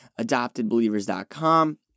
adoptedbelievers.com